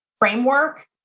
framework